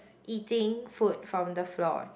eating food from the floor